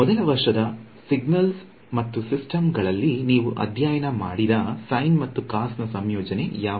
ಮೊದಲ ವರ್ಷದ ಸಿಗ್ನಲ್ಸ್ ಮತ್ತು ಸಿಸ್ಟಮ್ಗಳಲ್ಲಿ ನೀವು ಅಧ್ಯಯನ ಮಾಡಿದ ಸೈನ್ ಮತ್ತು ಕಾಸ್ನ ಸಂಯೋಜನೆ ಯಾವುವು